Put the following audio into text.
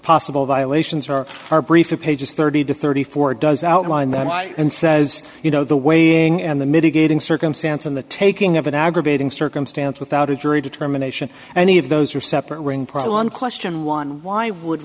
possible violations are our brief to pages thirty to thirty four does outline them i and says you know the waiting and the mitigating circumstance and the taking of an aggravating circumstance without a jury determination and the of those are separate ring problem question one why would